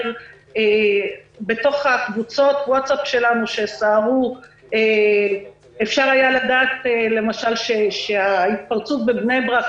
בתוך קבוצות הווטסאפ שלנו שסערו אפשר היה לדעת למשל שההתפרצות בבני ברק